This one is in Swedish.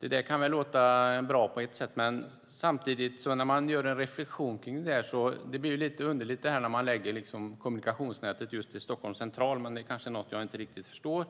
Det kan låta bra på ett sätt, men en reflexion är att det blir lite underligt när man förlägger kommunikationsnavet just till Stockholms central, men det kanske är något jag inte riktigt förstår.